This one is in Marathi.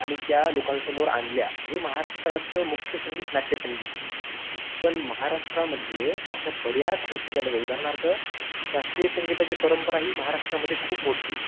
आणि त्या लोकांसमोर आणल्या हे महाराष्ट्राचं मुख्य संगीत नाट्यसंगीत आहे पण महाराष्ट्रामध्ये अशा बऱ्याच गोष्टी घ्यायला जा उदाहरणार्थ शास्त्रीय संगीताची परंपरा ही महाराष्ट्रामध्ये खूप मोठी आहे